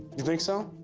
you think so?